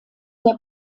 der